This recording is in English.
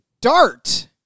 Dart